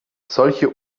solche